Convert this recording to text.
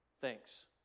thanks